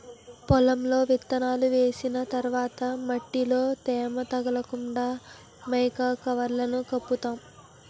పొలంలో విత్తనాలు వేసిన తర్వాత మట్టిలో తేమ తగ్గకుండా మైకా కవర్లను కప్పుతున్నాం